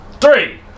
Three